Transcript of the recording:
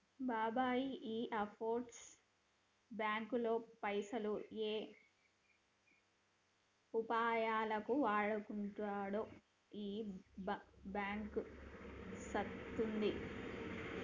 బాబాయ్ ఈ ఆఫ్షోర్ బాంకుల్లో పైసలు ఏ యాపారాలకు వాడకుండా ఈ బాంకు సూత్తది